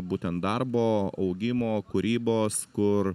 būtent darbo augimo kūrybos kur